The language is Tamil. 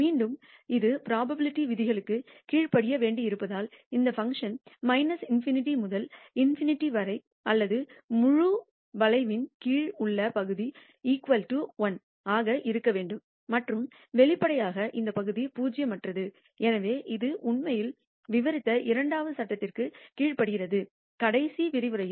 மீண்டும் இது புரோபாபிலிடி விதிகளுக்கு கீழ்ப்படிய வேண்டியிருப்பதால் இந்த பங்க்ஷன் ∞ முதல் ∞ வரை அல்லது முழு வளைவின் கீழ் உள்ள பகுதி 1 ஆக இருக்க வேண்டும் மற்றும் வெளிப்படையாக அந்த பகுதி பூஜ்ஜியமற்றது எனவே இது உண்மையில் விவரித்த இரண்டாவது சட்டத்திற்கும் கீழ்ப்படிகிறது கடைசி விரிவுரையில்